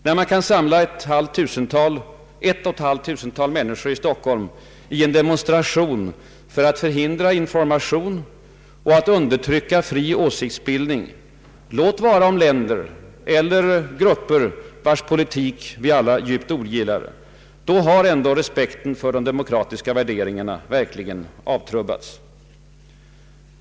När man kan samla ett och ett halvt tusental människor i Stockholm i en demonstration för att förhindra information och för att undertrycka fri åsiktsbildning — låt vara om länder eller grupper vars politik vi alla djupt ogillar — har respekten för de demokratiska värderingarna verkligen avtrubbats. Herr talman!